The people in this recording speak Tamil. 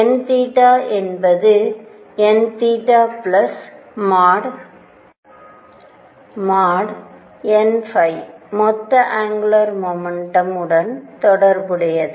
nஎன்பது nn மொத்த அங்குலார் மொமெண்டம் உடன் தொடர்புடையது